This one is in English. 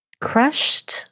crushed